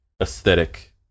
aesthetic